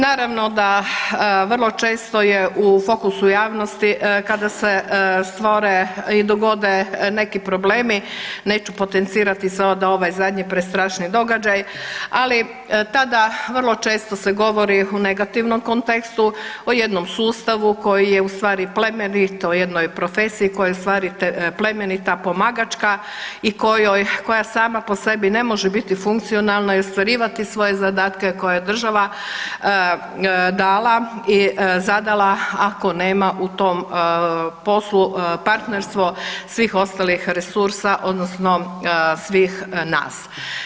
Naravno da vrlo često je fokusu javnosti kada se stvore i dogode neki problemi, neću potencirati sada ovaj zadnji prestrašni događaj, ali tada vrlo često se govori u negativnom kontekstu o jednom sustavu koji je u stvari plemenit, o jednoj profesiji koja je u stvari plemenita i pomagačka i koja sama po sebi ne može biti funkcionalna i ostvarivati svoje zadatke koje je država dala i zadala ako nema u tom poslu partnerstvo svih ostalih resursa odnosno svih nas.